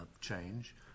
change